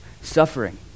suffering